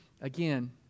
again